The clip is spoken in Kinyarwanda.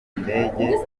ndege